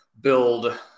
build